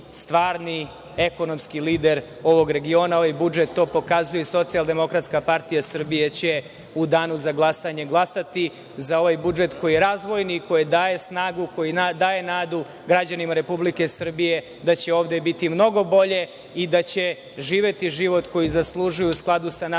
ekonomski lider ovog regiona. Ovaj budžet to pokazuje i SDPS će u danu za glasanje glasati za ovaj budžet koji je razvojni, koji daje snagu, koji daje nadu građanima Republike Srbije da će ovde biti mnogo bolje i da će živeti život koji zaslužuju u skladu sa našim